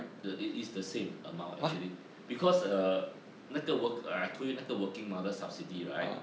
the uh is the same amount actually because uh 那个 work I told you 那个 working mother subsidy right